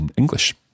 English